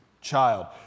child